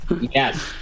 yes